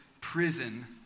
prison